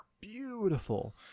beautiful